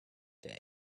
day